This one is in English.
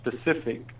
specific